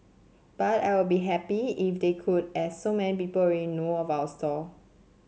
but I would be happy if they could as so many people in know of our stall